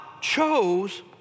chose